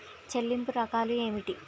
చెల్లింపు రకాలు ఏమిటి?